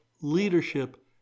leadership